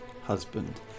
husband